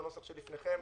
בנוסח שלפניכם.